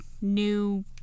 new